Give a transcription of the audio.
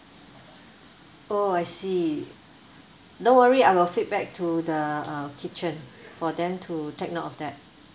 oh I see no worry I will feedback to the uh kitchen for them to take note of that